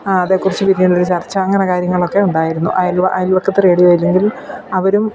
ആ അതിനെക്കുറിച്ച് പിന്നീട് ഒരു ചർച്ച അങ്ങനെ കാര്യങ്ങളൊക്കെ ഉണ്ടായിരുന്നു അയൽ അയൽപക്കത്ത് റേഡിയോ ഇല്ലെങ്കിൽ അവരും